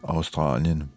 Australien